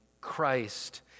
Christ